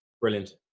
Brilliant